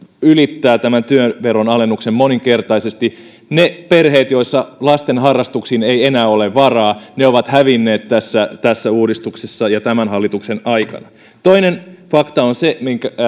ylittää tämän työn veron alennuksen moninkertaisesti ne perheet joissa lasten harrastuksiin ei enää ole varaa ovat hävinneet tässä tässä uudistuksessa ja tämän hallituksen aikana toinen fakta on se